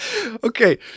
Okay